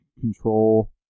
control